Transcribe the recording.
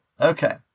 Okay